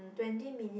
twenty minute